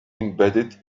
embedded